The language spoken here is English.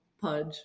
pudge